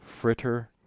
Fritter